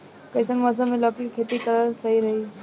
कइसन मौसम मे लौकी के खेती करल सही रही?